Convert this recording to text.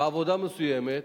בעבודה מסוימת,